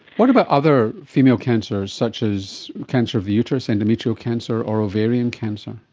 what about other female cancers such as cancer of the uterus, endometrial cancer or ovarian cancer?